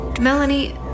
Melanie